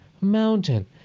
mountain